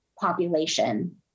population